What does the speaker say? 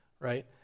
right